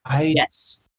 Yes